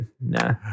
Nah